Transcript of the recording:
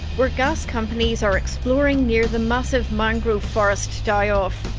where gas companies are exploring near the massive mangrove forest die-off.